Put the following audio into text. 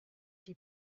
die